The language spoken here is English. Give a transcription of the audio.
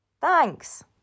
Thanks